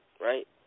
right